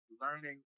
learning